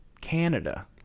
Canada